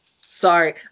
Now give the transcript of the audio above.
Sorry